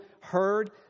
heard